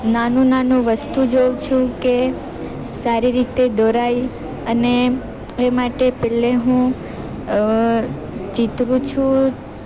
નાનું નાનું વસ્તુ જોઉં છું કે સારી રીતે દોરાય અને એ માટે પેલ્લે હું ચીતરું છું